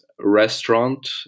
restaurant